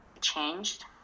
changed